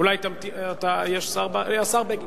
אדוני היושב-ראש,